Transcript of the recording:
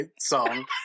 song